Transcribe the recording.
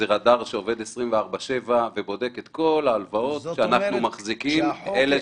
זה רדאר שעובד 24/7 שבודק את כל ההלוואות שאנחנו מחזיקים אלה